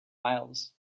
miles